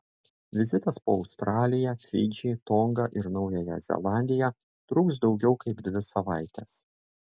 vizitas po australiją fidžį tongą ir naująją zelandiją truks daugiau kaip dvi savaites